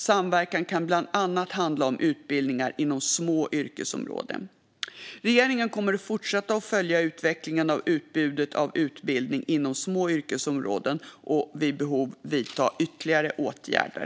Samverkan kan bland annat handla om utbildningar inom små yrkesområden. Regeringen kommer att fortsätta att följa utvecklingen av utbudet av utbildning inom små yrkesområden och vid behov vidta ytterligare åtgärder.